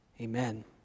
Amen